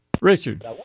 Richard